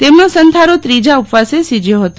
તેમનો સંથારો ત્રીજા ઉપવાસે સીજ્યો હતો